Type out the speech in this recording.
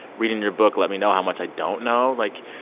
reading your book let me know how much i don't know. like,